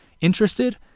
Interested